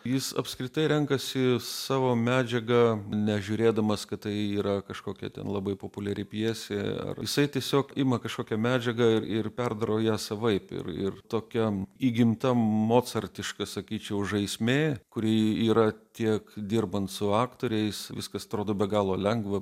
jis apskritai renkasi savo medžiagą nežiūrėdamas kad tai yra kažkokia ten labai populiari pjesė ar jisai tiesiog ima kažkokią medžiagą ir ir perdaro savaip ir ir tokiam įgimta mocartiška sakyčiau žaismė kuri yra tiek dirbant su aktoriais viskas atrodo be galo lengva